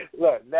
Look